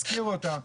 ישכירו אותן,